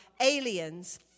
aliens